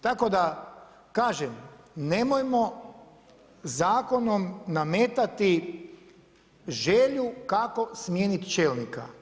Tako da, kažem, nemojmo zakonom nametati želju kako smijeniti čelnika.